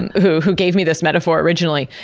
and who who gave me this metaphor originally.